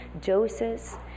doses